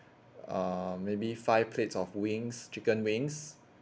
um maybe five plates of wings chicken wings